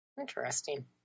Interesting